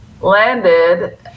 landed